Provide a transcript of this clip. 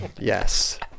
Yes